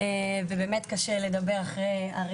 ובאמת קשה לדבר אחרי א'.